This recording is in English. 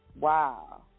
Wow